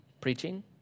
preaching